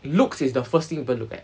looks is the first thing people look at